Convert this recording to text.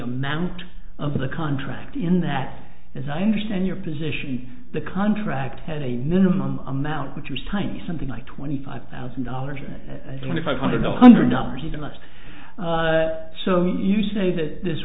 amount of the contract in that as i understand your position the contract had a minimum amount which was tiny something like twenty five thousand dollars or twenty five hundred a hundred dollars even less so you say that this